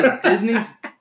Disney's